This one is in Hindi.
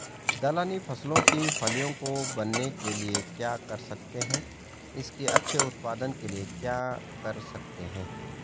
दलहनी फसलों की फलियों को बनने के लिए क्या कर सकते हैं इसके अच्छे उत्पादन के लिए क्या कर सकते हैं?